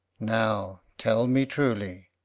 now, tell me truly,